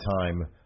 time